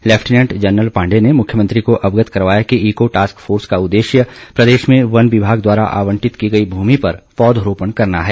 lieutenant general Pandey ने मुख्यमंत्री को अवगत करवाया कि इको टास्क फोर्स का उददेश्य प्रदेश में वन विभाग द्वारा आबंटित की गई भूमि पर पौधरोपण करना है